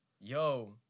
Yo